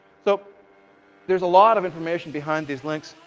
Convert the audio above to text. so there's a lot of information behind these links.